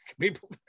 people